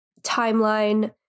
timeline